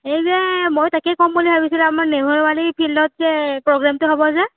এই যে মই তাকেই ক'ম বুলি ভাবিছিলোঁ আমাৰ নেহেৰুবালি ফিল্ডত যে প্ৰগ্ৰমটো হ'ব যে